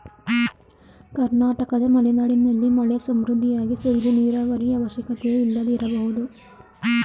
ಕರ್ನಾಟಕದ ಮಲೆನಾಡಿನಲ್ಲಿ ಮಳೆ ಸಮೃದ್ಧಿಯಾಗಿ ಸುರಿದು ನೀರಾವರಿಯ ಅವಶ್ಯಕತೆಯೇ ಇಲ್ಲದೆ ಇರಬಹುದು